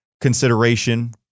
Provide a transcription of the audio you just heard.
consideration